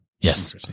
Yes